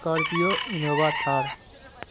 Scorpio Innova Thar